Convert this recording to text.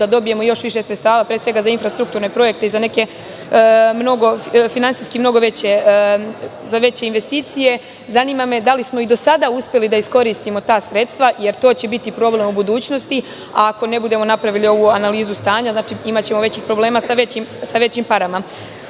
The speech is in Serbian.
da dobijemo još više sredstava, pre svega za infrastrukturne projekte i za neke finansijski mnogo veće investicije. Zanima me da li smo i do sada uspeli da iskoristimo ta sredstva? To će biti problem u budućnosti, a ako ne budemo napravili ovu analizu stanja, imaćemo većih problema sa većim parama. Da